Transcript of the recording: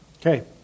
Okay